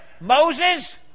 Moses